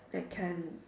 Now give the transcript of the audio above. that can